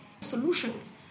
solutions